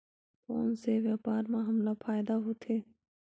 कोन से व्यापार म हमला फ़ायदा होथे?